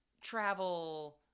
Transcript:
travel